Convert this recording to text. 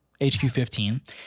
HQ15